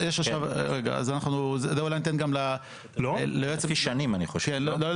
זה לפי שנים, אני חושב, לא?